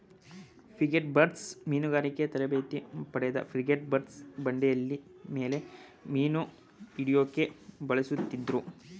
frigatebirds ಮೀನುಗಾರಿಕೆ ತರಬೇತಿ ಪಡೆದ ಫ್ರಿಗೇಟ್ಬರ್ಡ್ನ ಬಂಡೆಮೇಲೆ ಮೀನುಹಿಡ್ಯೋಕೆ ಬಳಸುತ್ತಿದ್ರು